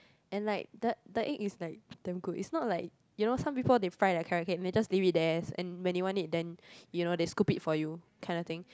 and like the the egg is like damn good is not like you know some people they fry their carrot cake and they just leave it there and when you want it then you know they scoop it for you kind of thing